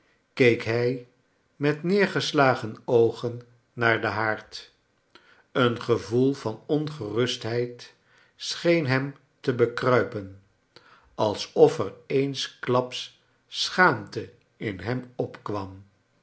keek hij met neergeslagen oogen naar den haard een gevoel van ongerustheid scheen hem te bekruipen als of er eensklaps schaamte in hem opkwam